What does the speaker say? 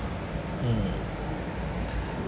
mm